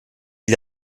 gli